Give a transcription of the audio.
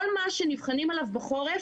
כל מה שנבחנים עליו בחורף